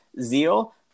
zeal